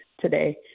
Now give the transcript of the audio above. today